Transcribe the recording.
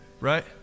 Right